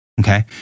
Okay